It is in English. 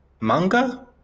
manga